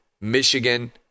Michigan